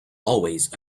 always